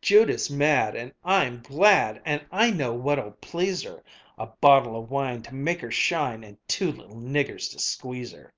judith's mad and i'm glad, and i know what'll please her a bottle of wine to make her shine, and two little niggers to squeeze her!